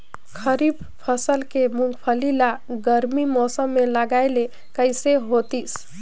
खरीफ फसल के मुंगफली ला गरमी मौसम मे लगाय ले कइसे होतिस?